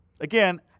again